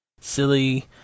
silly